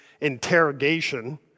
interrogation